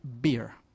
beer